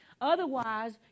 Otherwise